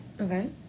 Okay